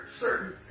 certain